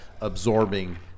absorbing